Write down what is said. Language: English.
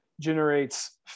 generates